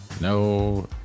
No